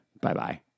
Bye-bye